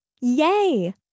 Yay